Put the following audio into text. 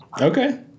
Okay